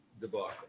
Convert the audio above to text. debacle